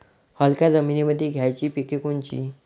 हलक्या जमीनीमंदी घ्यायची पिके कोनची?